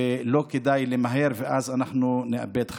ולא כדאי למהר ואז אנחנו נאבד חיים.